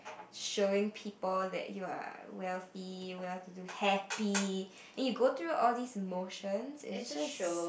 showing people that you are wealthy well to do happy and you go through all this motion it just